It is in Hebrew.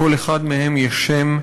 לכל אחד מהם יש שם.